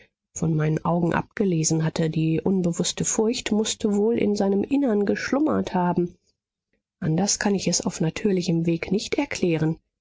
von meinen augen abgelesen hatte die unbewußte furcht mußte wohl in seinem innern geschlummert haben anders kann ich es auf natürlichem weg nicht erklären